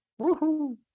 Woohoo